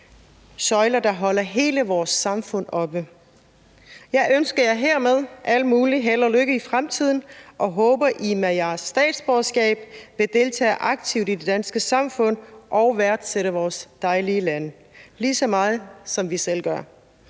søjler, der holder hele vores samfund oppe. Jeg ønsker jer hermed alt muligt held og lykke i fremtiden og håber, I med jeres statsborgerskab vil deltage aktivt i det danske samfund og værdsætte vores dejlige land lige så meget, som vi selv gør,